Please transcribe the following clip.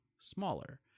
smaller